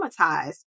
traumatized